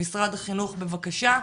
משרד החינוך בבקשה,